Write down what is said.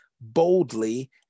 boldly